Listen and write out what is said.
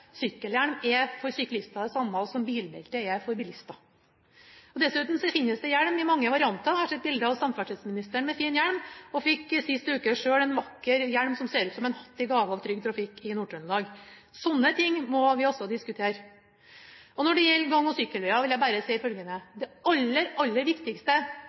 Sykkelhjelm er for syklister det samme som bilbelte er for bilister. Dessuten finnes det hjelmer i mange varianter. Jeg har sett bilde av samferdselsministeren med fin hjelm, og jeg fikk sist uke en vakker hjelm, som ser ut som en hatt, i gave fra Trygg Trafikk i Nord-Trøndelag. Sånne ting må vi også diskutere. Når det gjelder gang- og sykkelveier, vil jeg bare si følgende: Det aller, aller viktigste